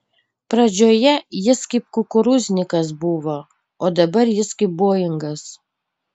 pradžioje jis kaip kukurūznikas buvo o dabar jis kaip boingas